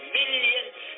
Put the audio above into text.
millions